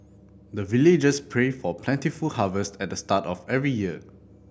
the villagers pray for plentiful harvest at the start of every year